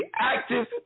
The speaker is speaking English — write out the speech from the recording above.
active